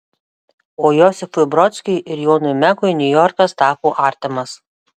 o josifui brodskiui ir jonui mekui niujorkas tapo artimas